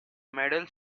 medals